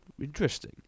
Interesting